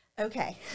Okay